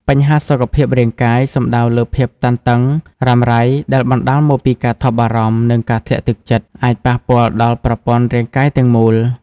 បញ្ហាសុខភាពរាងកាយ សំដៅលើភាពតានតឹងរ៉ាំរ៉ៃដែលបណ្តាលមកពីការថប់បារម្ភ និងការធ្លាក់ទឹកចិត្ត អាចប៉ះពាល់ដល់ប្រព័ន្ធរាងកាយទាំងមូល។